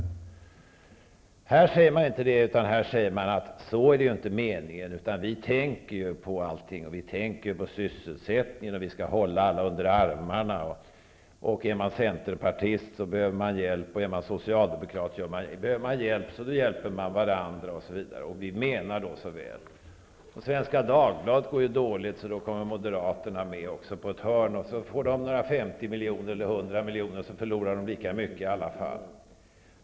När det gäller förhållandena i Sverige säger man i stället: Så är det inte meningen. Vi tänker ju på allting, på sysselsättningen. Vi skall hålla alla under armarna. Om man är centerpartist behöver man hjälp. Om man är socialdemokrat behöver man hjälp och på det viset hjälper man varandra osv. Man menar så väl. Svenska Dagbladet går så dåligt att också Moderaterna kommer med på ett hörn och betalar ut 50 eller 100 miljoner. Sedan förlorar Svenska Dagbladet lika mycket i alla fall.